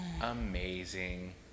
Amazing